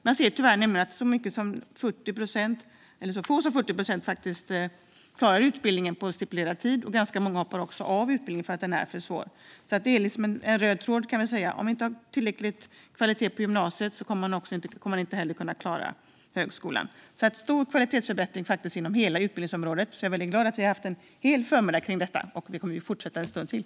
Man ser nämligen att det tyvärr är så få som 40 procent som klarar utbildningen på stipulerad tid. Ganska många hoppar också av utbildningen för att den är för svår. Det är alltså en röd tråd, kan vi säga: Om vi inte har tillräckligt hög kvalitet på gymnasiet kommer studenterna inte heller att klara högskolan. Det behövs faktiskt en stor kvalitetsförbättring inom hela utbildningsområdet. Jag är därför väldigt glad att vi har haft en hel förmiddag om detta - och vi kommer ju att fortsätta en stund till.